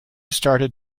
started